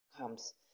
comes